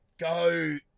Go